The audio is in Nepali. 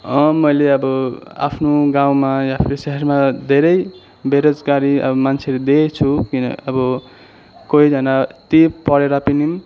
मैले अब आफ्नो गाउँमा आफ्नो सहरमा धेरै बेरोजगारी अब मान्छेहरू देखेको छु किन अब कतिजाना कति पढेर पनि